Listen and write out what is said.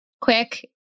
quick